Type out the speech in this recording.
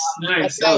nice